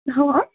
ହଁ